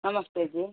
ನಮಸ್ತೆ ಜೀ